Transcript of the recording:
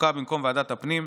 החוקה במקום ועדת הפנים.